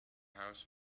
house